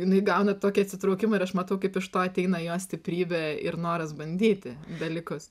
jinai gauna tokį atsitraukimą ir aš matau kaip iš to ateina jos stiprybė ir noras bandyti dalykus